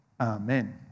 Amen